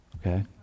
okay